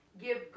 Give